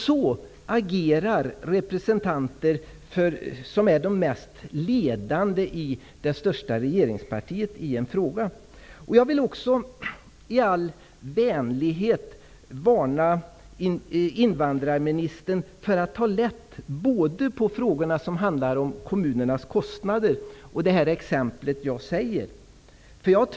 Så agerar de mest ledande representanterna i det största regeringspartiet i en fråga. Jag vill också i all vänlighet varna invandrarministern för att ta lätt både på frågorna som handlar om kommunernas kostnader och det exempel jag ger.